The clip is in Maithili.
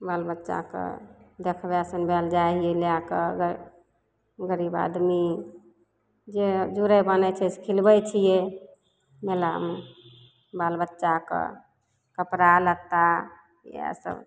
बाल बच्चाके देखबै सुनबै लए जाइ हियै लए कऽ गरीब आदमी जे जुरै बनै छै से खिलबै छियै मेलामे बाल बच्चाके कपड़ा लत्ता इएह सब